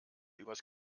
übers